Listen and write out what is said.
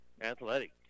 Athletic